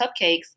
cupcakes